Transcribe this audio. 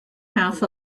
half